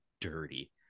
dirty